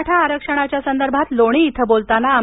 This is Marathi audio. मराठा आरक्षणाच्या संदर्भात लोणी येथे बोलताना आ